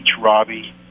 Robbie